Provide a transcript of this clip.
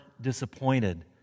disappointed